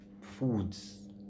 foods